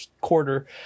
quarter